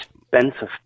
expensive